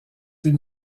une